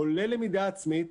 כולל למידה עצמית.